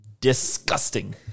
disgusting